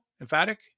emphatic